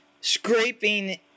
scraping